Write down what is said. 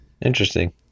Interesting